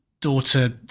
daughter